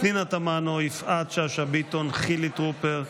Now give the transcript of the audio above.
פנינה תמנו, יפעת שאשא ביטון, חילי טרופר,